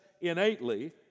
innately